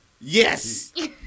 Yes